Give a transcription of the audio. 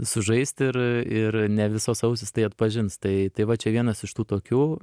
sužaisti ir ir ne visos ausys tai atpažins tai tai va čia vienas iš tų tokių